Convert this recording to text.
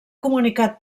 comunicat